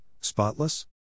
spotless